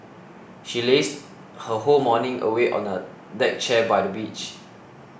she lazed her whole morning away on a deck chair by the beach